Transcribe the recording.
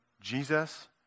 Jesus